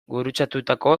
gurutzatutako